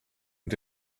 und